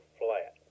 flat